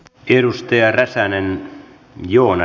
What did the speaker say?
tilustiä räsänen joona